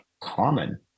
common